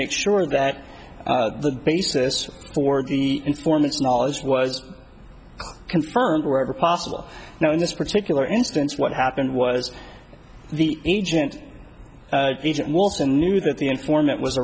make sure that the basis for the informants knowledge was confirmed wherever possible now in this particular instance what happened was the agent agent wilson knew that the informant was